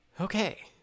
Okay